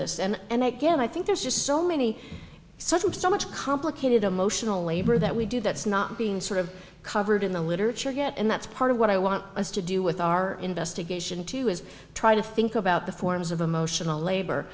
this and again i think there's just so many something so much complicated emotional labor that we do that's not being sort of covered in the literature get and that's part of what i want us to do with our investigation to is try to think about the forms of emotional labor